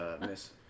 Miss